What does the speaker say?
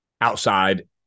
outside